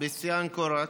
סבסטיאן קורץ,